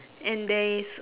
and there is